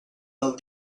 del